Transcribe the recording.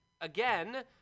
again